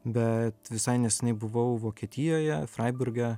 bet visai neseniai buvau vokietijoje fraiburge